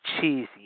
cheesy